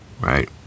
right